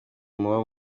muba